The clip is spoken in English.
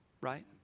right